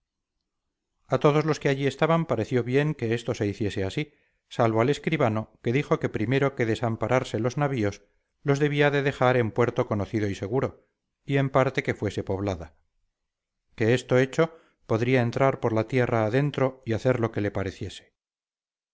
a todos los que allí estaban pareció bien que esto se hiciese así salvo al escribano que dijo que primero que desamparase los navíos los debía de dejar en puerto conocido y seguro y en parte que fuese poblada que esto hecho podría entrar por la tierra adentro y hacer lo que le pareciese